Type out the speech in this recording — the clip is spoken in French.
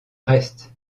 reste